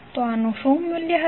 તો આનું શું મૂલ્ય હશે